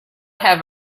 have